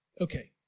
Okay